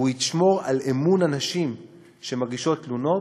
והוא ישמור על אמון הנשים שמגישות תלונות,